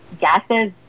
gases